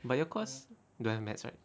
but your course don't have math right